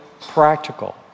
practical